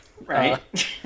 Right